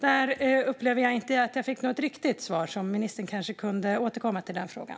Jag upplever inte att jag fick något riktigt svar, så ministern får gärna återkomma till den frågan.